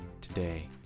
today